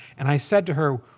and i said to her,